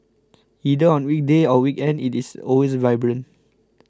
either on weekday or weekend it is always vibrant